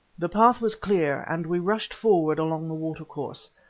the path was clear, and we rushed forward along the water-course.